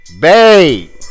Babe